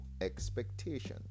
expectation